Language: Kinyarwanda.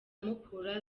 mukura